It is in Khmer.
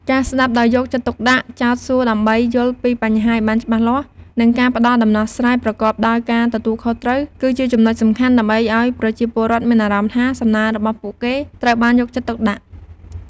ការស្តាប់ដោយយកចិត្តទុកដាក់ ចោទសួរដើម្បីយល់ពីបញ្ហាឱ្យបានច្បាស់លាស់ និងការផ្តល់ដំណោះស្រាយប្រកបដោយការទទួលខុសត្រូវ គឺជាចំណុចសំខាន់ដើម្បីឱ្យប្រជាពលរដ្ឋមានអារម្មណ៍ថា សំណើរបស់ពួកគេត្រូវបានយកចិត្តទុកដាក់។